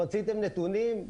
רציתם נתונים?